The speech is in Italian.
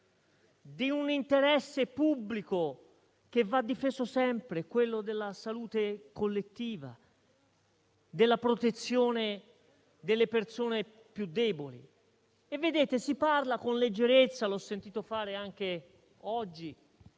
di un interesse pubblico che va difeso sempre, quello della salute collettiva, della protezione delle persone più deboli. Vedete, si parla con leggerezza - l'ho sentito fare anche oggi